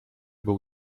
był